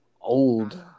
Old